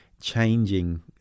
changing